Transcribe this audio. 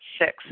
six